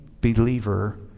believer